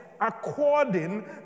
according